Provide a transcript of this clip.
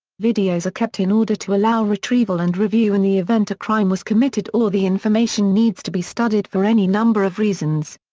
videos are kept in order to allow retrieval and review in the event a crime was committed or the information needs to be studied for any number of reasons.